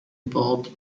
both